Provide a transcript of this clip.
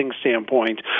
standpoint